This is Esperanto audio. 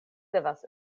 devas